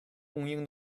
供应